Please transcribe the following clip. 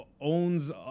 owns